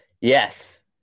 Yes